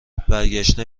برگشته